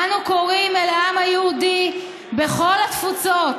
"אנו קוראים אל העם היהודי בכל התפוצות